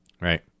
Right